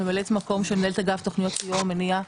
ממלאת מקום של מנהלת אגף תוכניות סיוע ומניעה